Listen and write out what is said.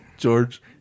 george